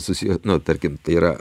susiję nu tarkim tai yra